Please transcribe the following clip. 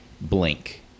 blink